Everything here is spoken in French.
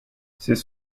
ces